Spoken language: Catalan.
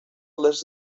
les